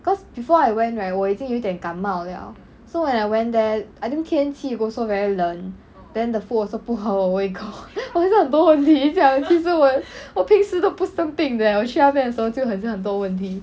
cause before I went right 我已经有点感冒了 so when I went there I think 天气 also very 冷 then the food also 不合我胃口我很像很多问题这样其实我我平时都不生病的 leh 我去那边的时候就很像很多问题